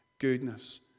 Goodness